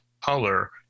color